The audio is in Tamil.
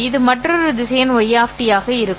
இது மற்றொரு திசையன் y ஆக இருக்கும்